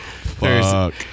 Fuck